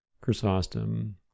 Chrysostom